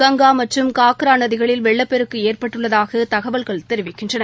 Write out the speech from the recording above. கங்கா மற்றும் காக்ரா நதிகளில் வெள்ளப்பெருக்கு ஏற்பட்டுள்ளதாக தகவல்கள் தெரிவிக்கின்றன